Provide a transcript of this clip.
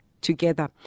together